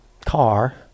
car